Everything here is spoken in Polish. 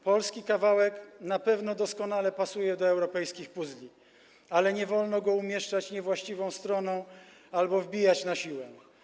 Polski kawałek na pewno doskonale pasuje do europejskich puzzli, ale nie wolno go umieszczać niewłaściwą stroną albo wbijać na siłę.